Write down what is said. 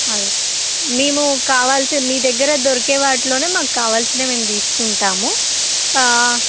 అదే మేము కావాల్సిన మీ దగ్గర దొరికే వాటిలోనే మాకు కావాల్సినవి మేము తీసుకుంటాము